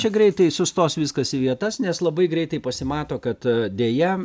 čia greitai sustos viskas į vietas nes labai greitai pasimato kad deja